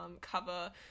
cover